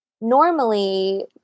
normally